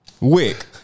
Wick